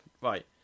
Right